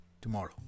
tomorrow